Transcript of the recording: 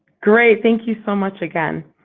great. thank you so much again.